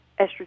estrogen